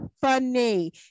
funny